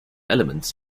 elements